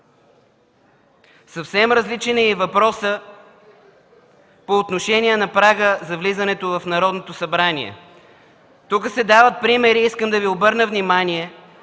Съвсем различен е и въпросът по отношение на прага за влизането в Народното събрание. Тук се дават примери, искам да Ви обърна внимание,